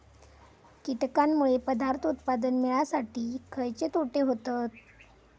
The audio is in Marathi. कीटकांनमुळे पदार्थ उत्पादन मिळासाठी खयचे तोटे होतत?